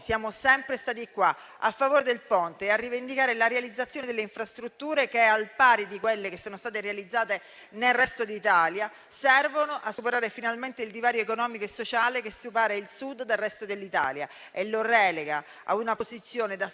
siamo sempre stati a favore del Ponte e pronti a rivendicare la realizzazione di infrastrutture che, al pari di quelle costruite nel resto d'Italia, servono a superare finalmente il divario economico e sociale che separa il Sud dal resto dell'Italia e lo relega a una posizione di fanalino